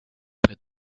près